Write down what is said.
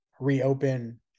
reopen